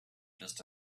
just